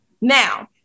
Now